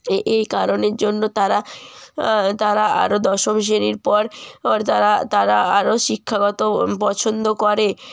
এই এই কারণের জন্য তারা তারা আরও দশম শ্রেণির পর পর তারা তারা আরও শিক্ষাগত ও পছন্দ করে